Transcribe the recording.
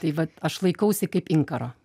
tai vat aš laikausi kaip inkaro